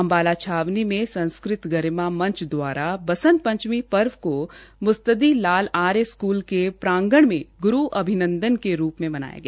अम्बाला छावनी में सांस्कृति गरिमा मंच द्वारा बंसत पंचमी पर्व को मुस्ददी लाल के आर्य स्कूल के प्रांगण में गुरू अभिनंदन के रूप में मनाया गया